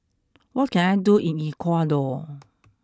what can I do in Ecuador